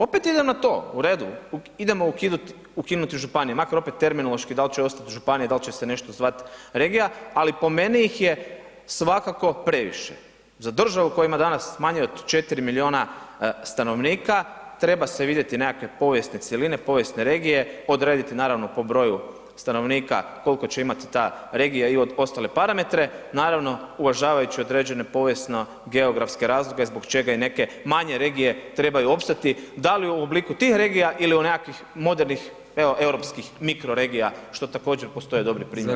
Opet idem na to, u redu idemo ukinuti županije, makar opet terminološki dal će ostati županije, dal će se nešto zvati regija, ali po meni ih je svakako previše, za državu koja ima danas manje od 4 miliona stanovnika treba se vidjeti nekakve povijesne cjeline, povijesne regije, odrediti naravno po broju stanovnika koliko će imati ta regija i ostale parametre, naravno uvažavajući određene povijesno geografske razloge zbog čega i neke manje regije trebaju opstati, da li u obliku tih regija ili u nekakvih modernih evo europskih mikro regija što također postoje dobri primjeri.